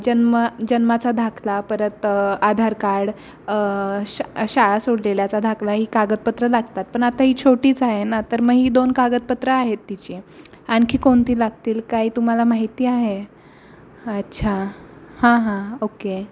जन्म जन्माचा दाखला परत आधार कार्ड शा शाळा सोडलेल्याचा दाखला ही कागदपत्रं लागतात पण आता ही छोटीच आहे ना तर मग ही दोन कागदपत्रं आहेत तिची आणखी कोणती लागतील काही तुम्हाला माहिती आहे अच्छा हां हां ओके